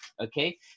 Okay